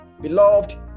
beloved